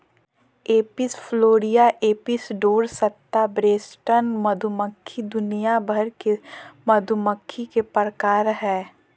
Apis florea, Apis dorsata, western मधुमक्खी दुनिया भर के मधुमक्खी के प्रकार हय